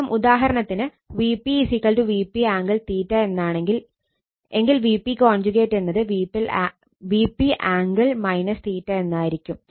കാരണം ഉദാഹരണത്തിന് Vp Vp angle എന്നാണെങ്കിൽ എങ്കിൽ Vp എന്നത് Vp ആംഗിൾ എന്നായിരിക്കും